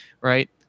right